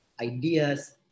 ideas